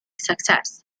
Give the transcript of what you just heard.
success